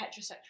heterosexual